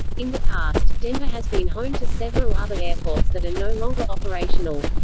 in the past, denver has been home to several other airports that are no longer operational.